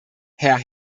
herr